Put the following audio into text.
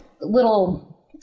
little